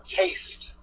taste